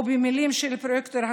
או במילים של פרויקטור הקורונה,